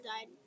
died